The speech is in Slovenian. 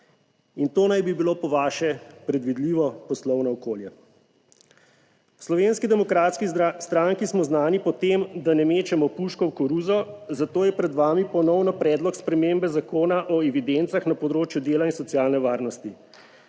In to naj bi bilo po vaše predvidljivo poslovno okolje? V Slovenski demokratski stranki smo znani po tem, da ne mečemo puško v koruzo, zato je pred vami ponovno predlog spremembe Zakona o evidencah na področju dela in socialne varnosti.